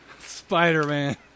Spider-Man